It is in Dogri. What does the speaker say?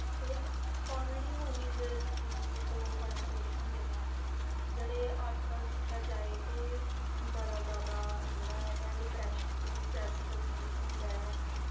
ते कामेडी मूवीस दिक्खी दिक्खियै लोक बड़ा खुश होंदे नै जेह्ड़े अजकल्ल दिक्खेआ जाए ते बड़ा जैदा जेह्ड़ा ऐ डिप्रैशन ते स्ट्रेस लोकें गी होंदा ऐ